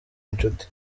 inshuti